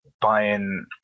buying